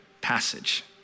passage